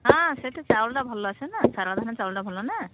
ହଁ ସେ ଚାଉଳଟା ଭଲ ଆସେ ନା ଶାରଳା ଧାନ ଚାଉଳଟା ଭଲ ନା